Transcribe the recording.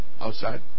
outside